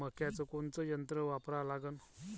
मक्याचं कोनचं यंत्र वापरा लागन?